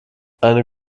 eine